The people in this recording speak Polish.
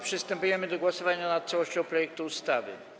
Przystępujemy do głosowania nad całością projektu ustawy.